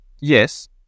Yes